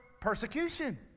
persecution